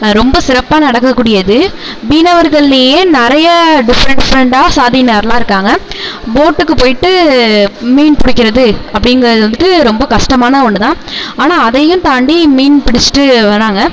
ரொம்ப சிறப்பாக நடக்கக்கூடியது மீனவர்கள்லையே நிறையா டிஃப்ரண்ட் டிஃப்ரண்ட்டாக சாதியினர்லாம் இருக்காங்கள் போட்டுக்கு போய்ட்டு மீன் பிடிக்கிறது அப்படிங்கிறது வந்துட்டு ரொம்ப கஷ்டமான ஒன்றுதான் ஆனால் அதையும் தாண்டி மீன் பிடிச்சிட்டு வராங்கள்